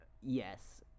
yes